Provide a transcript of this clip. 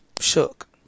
shook